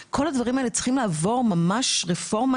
כל הדברים האלה צריכים לעבור ממש רפורמה